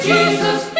Jesus